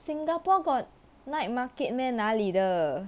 singapore got night market meh 哪里的